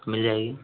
मिल जाएगी